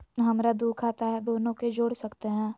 हमरा दू खाता हय, दोनो के जोड़ सकते है?